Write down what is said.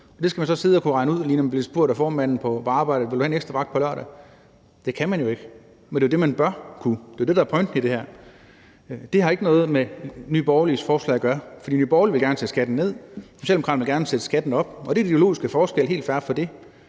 Det skal man så kunne sidde og regne ud, når man lige bliver spurgt af formanden på arbejdet, om man vil have en ekstra vagt på lørdag. Det kan man jo ikke; men det er jo det, man bør kunne – og det er det, der er pointen i det her. Det har ikke noget med Nye Borgerliges forslag at gøre, for Nye Borgerlige vil gerne sætte skatten ned, mens Socialdemokraterne gerne vil sætte skatten op, og det er den ideologiske forskel – og det er helt